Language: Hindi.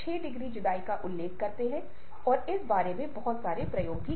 लेकिन यह सुनिश्चित है कि भावना और अनुभूति संबंधित हैं और दोनों आवश्यक दोस्त हैं वे अलग नहीं हैं